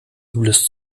übles